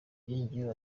yongeyeho